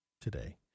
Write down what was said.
today